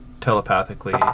telepathically